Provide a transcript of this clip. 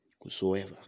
Whosoever